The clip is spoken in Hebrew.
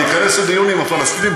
להיכנס לדיון עם הפלסטינים,